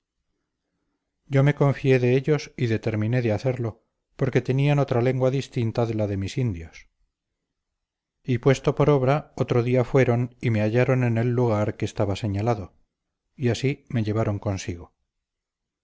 yo me confié de ellos y determiné de hacerlo porque tenían otra lengua distinta de la de mis indios y puesto por obra otro día fueron y me hallaron en el lugar que estaba señalado y así me llevaron consigo